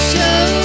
Show